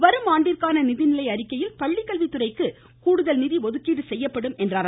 வரும் ஆண்டிற்கான நிதிநிலை அறிக்கையில் பள்ளிக்கல்வித்துறைக்கு கூடுதல் நிதி ஒதுக்கப்படும் என்று கூறினார்